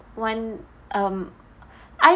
one um I